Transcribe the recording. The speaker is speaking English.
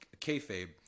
kayfabe